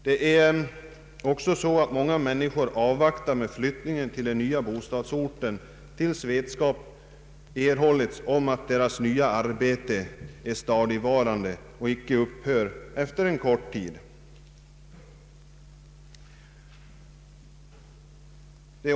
Det är också så att många människor avvaktar med flyttningen till den nya bostadsorten tills vetskap erhållits om att deras nya arbete är stadigvarande och icke upphör efter en kort tid.